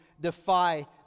defy